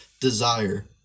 desire